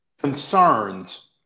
concerns